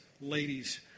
ladies